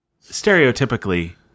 stereotypically